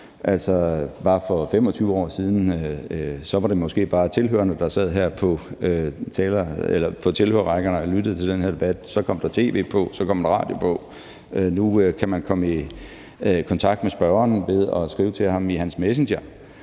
perspektiver. For 25 år siden var det måske bare tilhørerne, der sad her på tilhørerrækkerne, som lyttede til den her debat. Så kom der tv på, så kom der radio på. Nu kan man komme i kontakt med spørgeren ved at skrive til ham i hans messenger.